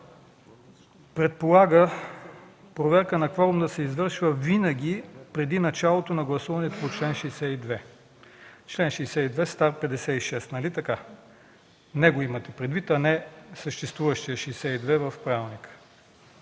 предполага проверка на кворум да се извършва винаги преди началото на гласуването по чл. 62. Член 62 става чл. 56, нали така? Него имате предвид, а несъществуващия чл. 62 в правилника,